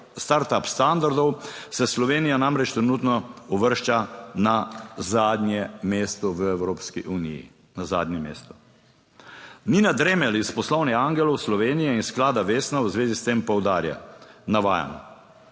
start up standardov, se Slovenija namreč trenutno uvršča na zadnje mesto v Evropski uniji, na zadnje mesto. Nina Dremelj iz Poslovnih angelov Slovenije in Sklada Vesna v zvezi s tem poudarja, navajam: